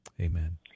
Amen